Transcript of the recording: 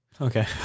Okay